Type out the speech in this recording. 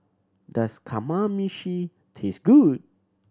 does Kamameshi taste good